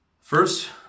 First